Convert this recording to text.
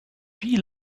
wie